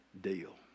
deal